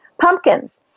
Pumpkins